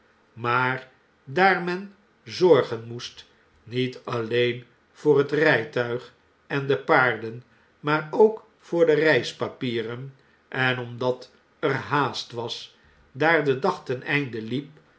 maar daar men zorgen moest niet alleen voor het rfltuig en de paarden maar ook voor de reispapieren en omdat er haast was daar de dag ten einde liep